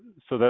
so,